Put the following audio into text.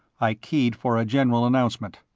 i keyed for a general announcement.